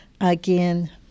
again